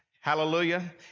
Hallelujah